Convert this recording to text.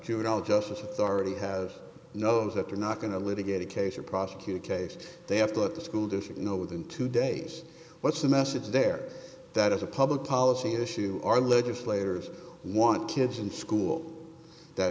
juvenile justice authority has knows that they're not going to litigate a case or prosecute a case they have to let the school district know within two days what's the message there that as a public policy issue our legislators want kids in school that